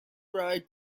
ride